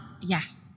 yes